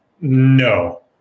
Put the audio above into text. No